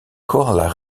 koala